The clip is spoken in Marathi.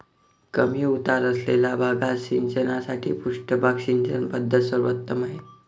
कमी उतार असलेल्या भागात सिंचनासाठी पृष्ठभाग सिंचन पद्धत सर्वोत्तम आहे